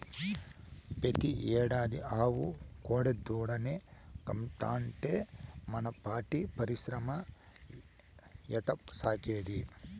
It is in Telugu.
పెతీ ఏడాది ఆవు కోడెదూడనే కంటాంటే మన పాడి పరిశ్రమ ఎట్టాసాగేది